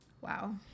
Wow